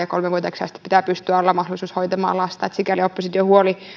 kaventaa ja kolmevuotiaaksi asti pitää olla mahdollisuus hoitaa lasta että sikäli opposition huoli